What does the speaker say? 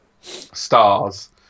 stars